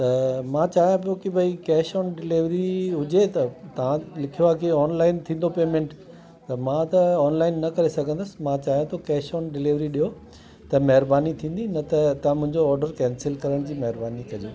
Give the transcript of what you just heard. त मां चाहियां पयो कि भई कैश ओन डिलेवरी हुजे त तां लिखियो आहे की ऑनलाइन थी वेंदो पेमैंट त मां त ऑनलाइन न करे सघंदुसि मां चाहियां थो कैश ओन डिलेवरी ॾियो त महिरबानी थींदी न त तव्हां मुंहिंजो ऑडर कैंसिल करणु जी महिरबानी कजो